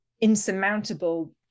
insurmountable